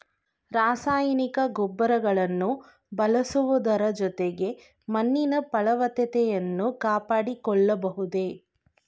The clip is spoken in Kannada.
ರಾಸಾಯನಿಕ ಗೊಬ್ಬರಗಳನ್ನು ಬಳಸುವುದರ ಜೊತೆಗೆ ಮಣ್ಣಿನ ಫಲವತ್ತತೆಯನ್ನು ಕಾಪಾಡಿಕೊಳ್ಳಬಹುದೇ?